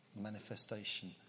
manifestation